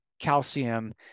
Calcium